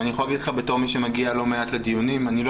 אני יכול להגיד לך בתור מי שמגיע לא מעט לדיונים אני לא